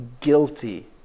guilty